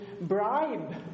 bribe